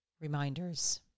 reminders